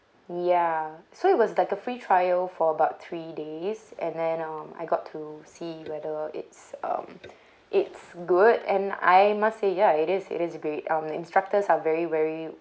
ya so it was like a free trial for about three days and then um I got to see whether it's um it's good and I must say ya it is it is great um instructors are very very